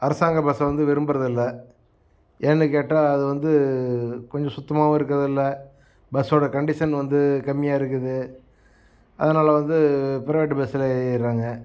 அரசாங்க பஸ்ஸை வந்து விரும்புகிறதில்ல ஏன்னென்னு கேட்டால் அதுவந்து கொஞ்சம் சுத்தமாகவும் இருக்கிறதில்ல பஸ்ஸோடய கன்டிசன் வந்து கம்மியாக இருக்குது அதனால் வந்து ப்ரைவேட்டு பஸ்ஸில் ஏறிடுறாங்க